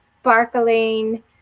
sparkling